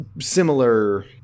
similar